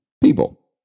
people